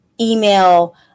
email